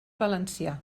valencià